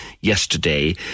yesterday